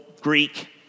Greek